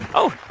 oh.